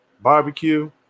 barbecue